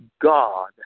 God